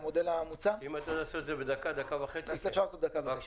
אם אתה עושה את זה בדקה וחצי, בבקשה.